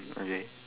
okay